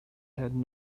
had